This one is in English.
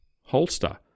holster